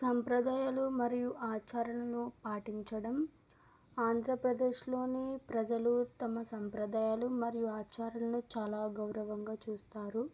సంప్రదాయాలు మరియు ఆచారాలను పాటించడం ఆంధ్రప్రదేశ్లోని ప్రజలు తమ సంప్రదాయాలు మరియు ఆచారాలను చాలా గౌరవంగా చూస్తారు